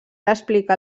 explicar